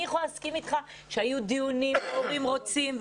אני יכולה להסכים אתך שהיו דיונים והורים רוצים.